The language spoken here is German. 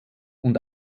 und